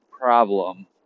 problem